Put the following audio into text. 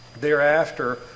thereafter